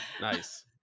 Nice